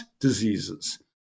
diseases